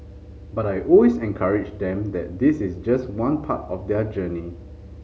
but I always encourage them that this is just one part of their journey